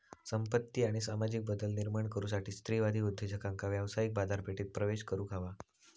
संपत्ती आणि सामाजिक बदल निर्माण करुसाठी स्त्रीवादी उद्योजकांका व्यावसायिक बाजारपेठेत प्रवेश करुक हवा